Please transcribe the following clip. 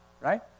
right